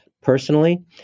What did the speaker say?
Personally